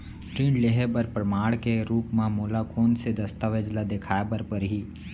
ऋण लिहे बर प्रमाण के रूप मा मोला कोन से दस्तावेज ला देखाय बर परही?